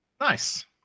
Nice